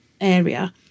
area